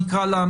נקרא לה,